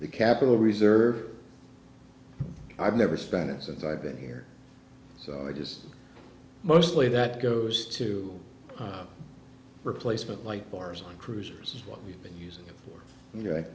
the capital reserve i've never spent it since i've been here so i just mostly that goes to replacement like bars on cruisers is what we've been using for you know